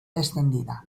extendida